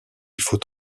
faut